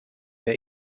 your